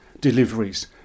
deliveries